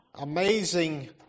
amazing